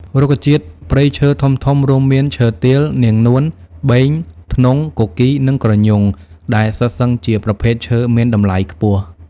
រុក្ខជាតិព្រៃឈើធំៗ រួមមាន ឈើទាល នាងនួន បេង ធ្នង់ គគីរ និងក្រញូង ដែលសុទ្ធសឹងជាប្រភេទឈើមានតម្លៃខ្ពស់។